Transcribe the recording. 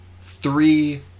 three